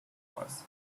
was